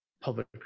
public